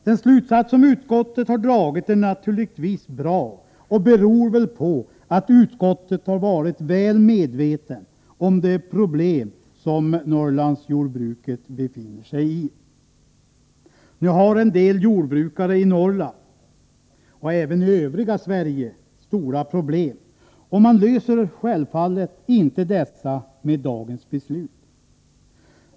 Den slutsats som utskottet har dragit är naturligtvis bra och beror väl på att utskottet har varit väl medvetet om de problem som Norrlandsjordbruket befinner sig i. Nu har en del jordbrukare i Norrland, och även i övriga Sverige, stora problem, och man löser självfallet inte dessa med dagens beslut.